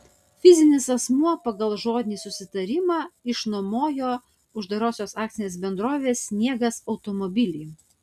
fizinis asmuo pagal žodinį susitarimą išnuomojo uab sniegas automobilį